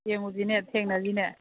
ꯌꯦꯡꯉꯨꯁꯤꯅꯦ ꯊꯦꯡꯅꯁꯤꯅꯦ